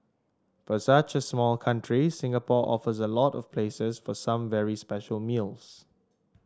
for such a small country Singapore offers a lot of places for some very special meals